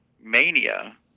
mania